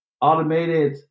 automated